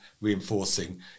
reinforcing